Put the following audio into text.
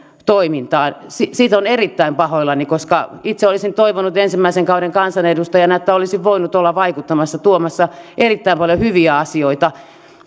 toimintaan siitä olen erittäin pahoillani koska itse olisin toivonut ensimmäisen kauden kansanedustajana että olisin voinut olla vaikuttamassa tuomassa erittäin paljon hyviä asioita